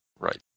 Right